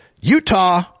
utah